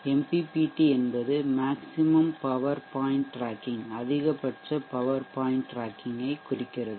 MPPT என்பது maximum power point tracking அதிகபட்ச power point டிராக்கிங்கை குறிக்கிறது